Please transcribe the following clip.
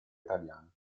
italiana